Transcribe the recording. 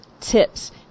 tips